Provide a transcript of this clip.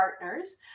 partners